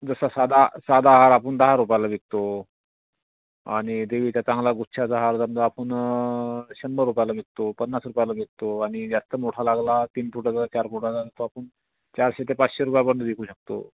जसा साधा साधा हार आपण दहा रुपयाला विकतो आणि देवीचा चांगला गुच्छाचा हार समजा आपुन शंभर रुपयाला विकतो पन्नास रुपयाला विकतो आणि जास्त मोठा लागला तीन फुटाचा चार फुटाचा तर आपण चारशे ते पाचशे रुपयापर्यंत विकू शकतो